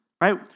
right